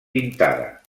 pintada